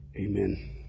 amen